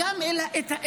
גם אל הממלכתיות